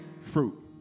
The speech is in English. fruit